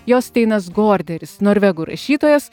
josteinas gorderis norvegų rašytojas